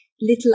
little